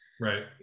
right